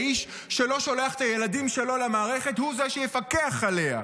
האיש שלא שולח את הילדים שלו למערכת הוא זה שיפקח עליה,